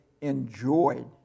enjoyed